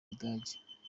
budage